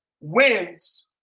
wins